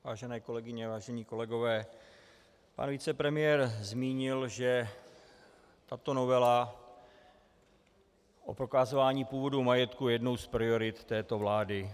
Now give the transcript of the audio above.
Vážené kolegyně, vážení kolegové, pan vicepremiér zmínil, že tato novela o prokazování původu majetku je jednou z priorit této vlády.